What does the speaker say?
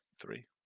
Three